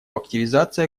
активизация